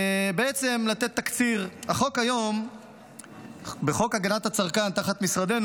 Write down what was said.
ולתת תקציר: החוק היום בחוק הגנת הצרכן תחת משרדנו